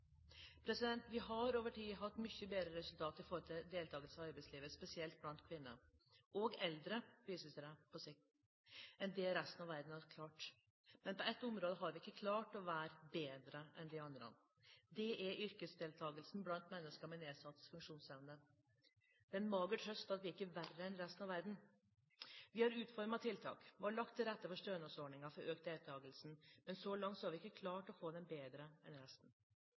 Vi har over tid hatt mye bedre resultater når det gjelder deltakelse i arbeidslivet, spesielt blant kvinner – og eldre, viser det seg på sikt – enn det resten av verden har hatt. Men på ett område har vi ikke klart å være bedre enn de andre, og det gjelder yrkesdeltakelsen blant mennesker med nedsatt funksjonsevne. Det er en mager trøst at vi ikke er verre enn resten av verden. Vi har utformet tiltak og lagt til rette for stønadsordninger for å øke deltakelsen, men så langt har vi ikke klart å få den bedre enn i resten